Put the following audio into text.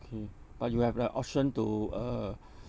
okay but you have the option to uh